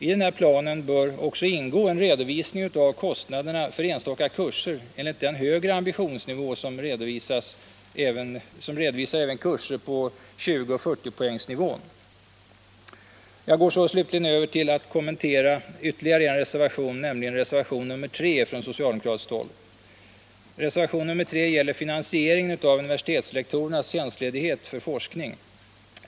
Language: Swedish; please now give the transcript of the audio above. I denna plan bör också ingå en redovisning av kostnaderna för enstaka kurser enligt den högre ambitionsnivån, som redovisar även kurser om 20 och 40 poäng. Jag går slutligen över till att kommentera ytterligare en reservation, nämligen reservation nr 3 från socialdemokratiskt håll. Den gäller finansieringen av universitetslektorernas tjänstledighet för forskning.